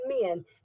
men